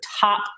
top